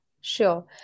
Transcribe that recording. Sure